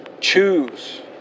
choose